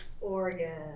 Oregon